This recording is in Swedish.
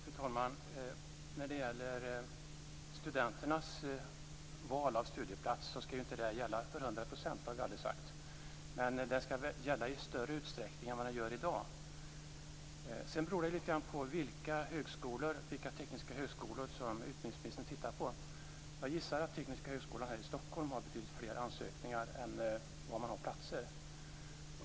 Fru talman! Vi har aldrig sagt att studenternas val av studieplats skulle gälla till 100 %, men de skulle gälla i större utsträckning än i dag. Vidare beror det lite grann på vilka tekniska högskolor som utbildningsministern tittar på. Jag gissar att Tekniska högskolan här i Stockholm har flera ansökningar än vad den har platser.